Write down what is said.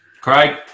Craig